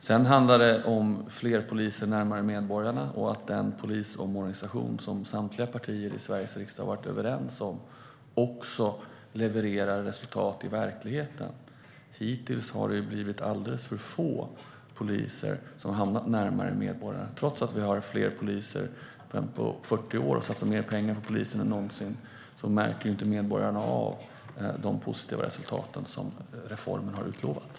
Sedan handlar det om fler poliser närmare medborgarna och att den polisomorganisation som samtliga partier i Sveriges riksdag har varit överens om också levererar resultat i verkligheten. Hittills har alldeles för få poliser hamnat närmare medborgarna. Trots att vi har fler poliser än på 40 år och satsar mer pengar på polisen än någonsin märker inte medborgarna av de positiva resultat som utlovades.